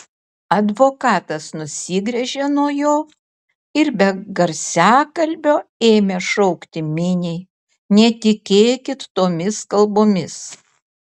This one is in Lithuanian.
advokatas nusigręžė nuo jo ir be garsiakalbio ėmė šaukti miniai netikėkit tomis kalbomis